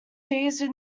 seized